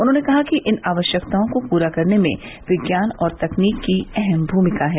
उन्होंने कहा कि इन आवश्यकताओं को पूरा करने में विज्ञान और तकनीक की अहम भूमिका है